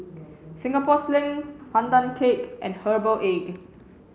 Singapore Sling Pandan Cake and herbal egg